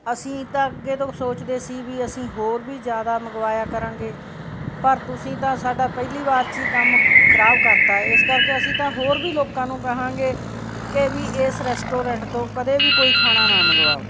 ਅਸੀਂ ਤਾਂ ਅੱਗੇ ਤੋਂ ਸੋਚਦੇ ਸੀ ਵੀ ਅਸੀਂ ਹੋਰ ਵੀ ਜ਼ਿਆਦਾ ਮੰਗਵਾਇਆ ਕਰਾਂਗੇ ਪਰ ਤੁਸੀਂ ਤਾਂ ਸਾਡਾ ਪਹਿਲੀ ਵਾਰ 'ਚ ਹੀ ਕੰਮ ਖਰਾਬ ਕਰਤਾ ਇਸ ਕਰਕੇ ਅਸੀਂ ਤਾਂ ਹੋਰ ਵੀ ਲੋਕਾਂ ਨੂੰ ਕਹਾਂਗੇ ਕਿ ਵੀ ਇਸ ਰੈਸਟੋਰੈਂਟ ਤੋਂ ਕਦੇ ਵੀ ਕੋਈ ਖਾਣਾ ਨਾ ਮੰਗਵਾਓ